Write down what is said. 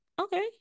okay